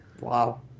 wow